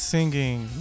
Singing